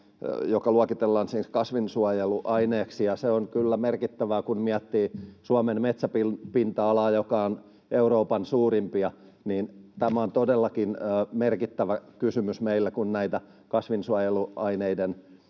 joka luokitellaan siis kasvinsuojeluaineeksi, ja se on kyllä merkittävää, kun miettii Suomen metsäpinta-alaa, joka on Euroopan suurimpia, eli tämä on todellakin merkittävä kysymys meillä, kun näitä kasvinsuojeluaineiden